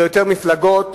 ליותר מפלגות,